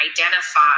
identify